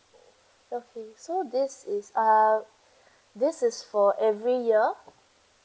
okay so this is uh this is for every year